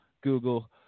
Google